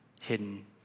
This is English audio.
hidden